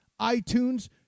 iTunes